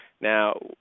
Now